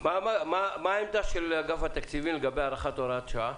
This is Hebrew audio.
--- מה העמדה של אגף התקציבים לגבי הארכת הוראת שעה?